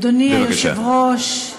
אדוני היושב-ראש,